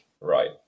Right